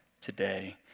today